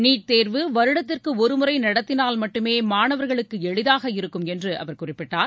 NEET தேர்வு வருடத்திற்கு ஒரு முறை நடத்தினால் மட்டுமே மாணவர்களுக்கு எளிதாக இருக்கும் என்று அவர் குறிப்பிட்டார்